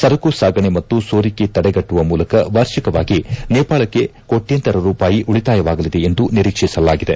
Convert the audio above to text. ಸರಕು ಸಾಗಣೆ ಮತ್ತು ಸೋರಿಕೆ ತಡೆಗಟ್ಟುವ ಮೂಲಕ ವಾರ್ಷಿಕವಾಗಿ ನೇಪಾಳಕ್ಕೆ ಕೋಟ್ಯಂತರ ರೂಪಾಯಿ ಉಳಿತಾಯವಾಗಲಿದೆ ಎಂದು ನಿರೀಕ್ಷಿಸಲಾಗಿದೆ